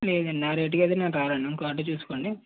లేదండి ఆ రేటుకు అయితే నేను రాను అండి ఇంకో ఆటో చూసుకోండి